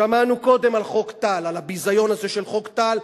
שמענו קודם על חוק טל, על הביזיון הזה של חוק טל.